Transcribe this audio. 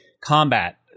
combat